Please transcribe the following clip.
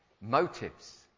motives